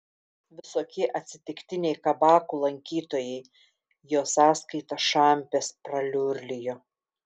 visokie atsitiktiniai kabakų lankytojai jo sąskaita šampės praliurlijo